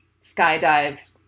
skydive